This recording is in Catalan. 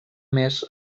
més